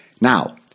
now